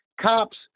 Cops